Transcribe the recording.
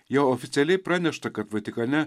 jau oficialiai pranešta kad vatikane